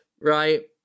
right